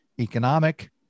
economic